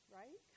right